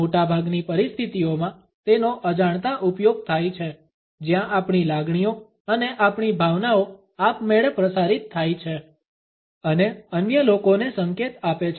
મોટાભાગની પરિસ્થિતિઓમાં તેનો અજાણતા ઉપયોગ થાય છે જ્યાં આપણી લાગણીઓ અને આપણી ભાવનાઓ આપમેળે પ્રસારિત થાય છે અને અન્ય લોકોને સંકેત આપે છે